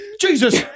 Jesus